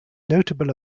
notable